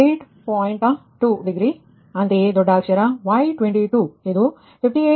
2 degree ಅಂತೆಯೇ ದೊಡ್ಡ ಅಕ್ಷರ Y22 ಇದು 58